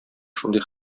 шундый